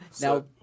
Now